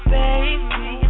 baby